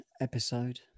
episode